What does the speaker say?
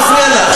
מה מפריע לך?